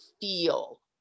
feel